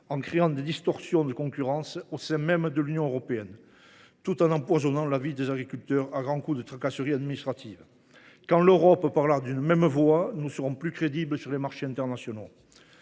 en créant des distorsions de concurrence au sein même de l’Union européenne, tout en empoisonnant la vie des agriculteurs à grands coups de tracasseries administratives. Quand l’Europe parlera d’une même voix, nous serons plus crédibles sur les marchés internationaux